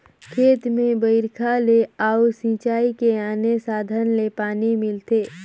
खेत में बइरखा ले अउ सिंचई के आने साधन ले पानी मिलथे